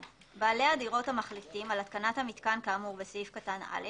(1) בעלי הדירות המחליטים על התקנת המיתקן כאמור בסעיף קטן (א),